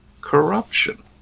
corruption